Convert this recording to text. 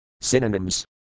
Synonyms